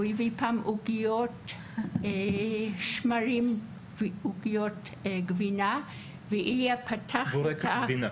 פעם הוא הביא עוגיות שמרים ועוגיות גבינה ואיליה פתח ושאל איפה הגבינה.